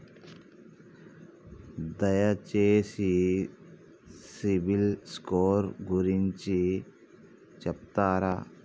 దయచేసి CIBIL score గురించి చెప్తరా?